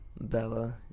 Bella